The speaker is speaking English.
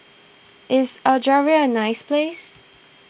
is Algeria a nice place